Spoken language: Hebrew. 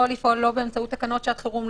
לא לפעול באמצעות תקנות שעת חירום,